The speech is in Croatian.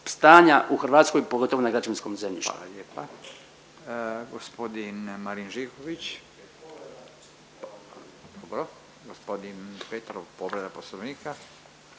u Hrvatskoj pogotovo na građevinskom zemljištu.